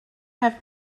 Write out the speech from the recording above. have